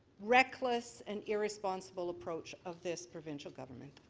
reckless and irresponsible approach of this provincial government.